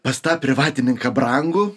pas tą privatininką brangu